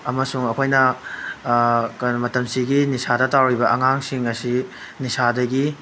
ꯑꯃꯁꯨꯡ ꯑꯩꯈꯣꯏꯅ ꯀꯩꯅꯣ ꯃꯇꯝꯁꯤꯒꯤ ꯅꯤꯁꯥꯗ ꯇꯥꯎꯔꯤꯕ ꯑꯉꯥꯡꯁꯤꯡ ꯑꯁꯤ ꯅꯤꯁꯥꯗꯒꯤ